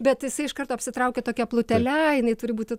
bet jisai iš karto apsitraukia tokia plutele jinai turi būti